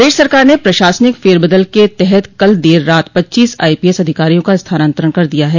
प्रदेश सरकार ने प्रशासनिक फेरबदल के तहत कल देर रात पच्चीस आईपीएस अधिकारियों का स्थानान्तरण कर दिया है